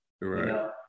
Right